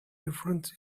difference